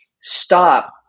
stop